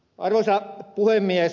arvoisa puhemies